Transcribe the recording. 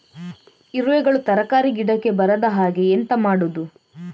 ಇರುವೆಗಳು ತರಕಾರಿ ಗಿಡಕ್ಕೆ ಬರದ ಹಾಗೆ ಎಂತ ಮಾಡುದು?